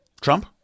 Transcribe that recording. Trump